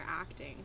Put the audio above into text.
acting